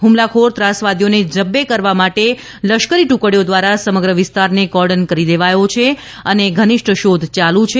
હ્મલાખોર ત્રાસવાદીઓને જબ્બે કરવા માટે લશ્કરી ટુકડીઓ દ્વારા સમગ્ર વિસ્તાર ને કોર્ડન કરી દેવાયો છે અને ઘનિષ્ઠ શોધ ચાલુ છે